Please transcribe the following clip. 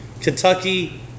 Kentucky